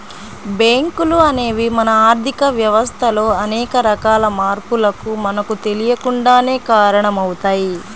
బ్యేంకులు అనేవి మన ఆర్ధిక వ్యవస్థలో అనేక రకాల మార్పులకు మనకు తెలియకుండానే కారణమవుతయ్